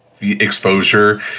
exposure